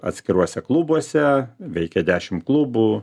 atskiruose klubuose veikia dešim klubų